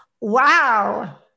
wow